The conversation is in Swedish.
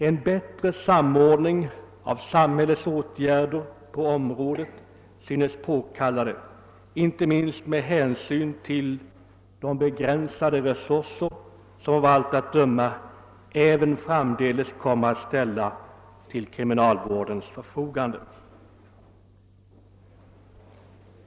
En bättre samordning av samhällets åtgärder på området synes påkallad inte minst med hänsyn till de begränsade resurser som av allt att döma även framdeles kommer att ställas till kriminalvårdens förfogande.